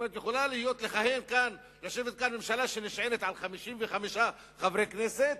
כלומר יכולה לשבת כאן ממשלה שנשענת על 55 חברי כנסת,